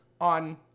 on